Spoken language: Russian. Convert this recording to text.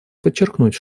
подчеркнуть